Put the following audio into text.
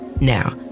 Now